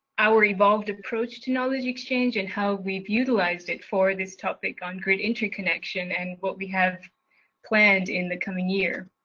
our evolved approach to knowledge exchange and how we've utilized it for this topic on grid interconnection and what we have planned in the coming year.